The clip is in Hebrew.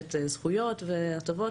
ומערכת זכויות, הטבות